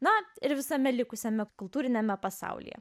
na ir visame likusiame kultūriniame pasaulyje